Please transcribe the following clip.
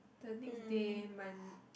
the next day mon~